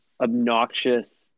obnoxious